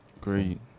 Great